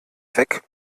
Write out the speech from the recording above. weg